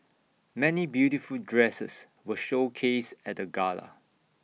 many beautiful dresses were showcased at the gala